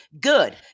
good